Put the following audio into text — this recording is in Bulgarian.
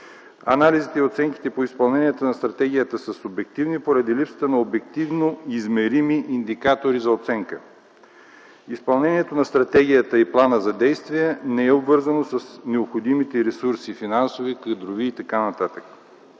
Анализите и оценките по изпълнението на стратегията са субективни, поради липсата на обективно измерими индикатори за оценка. Изпълнението на стратегията и плана за действие не са обвързани с необходимите ресурси – финансови, кадрови и т.н.